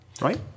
Right